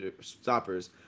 Stoppers